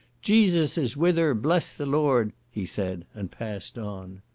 jesus is with her! bless the lord! he said, and passed on.